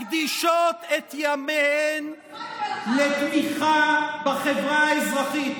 מקדישות את ימיהן לתמיכה בחברה האזרחית,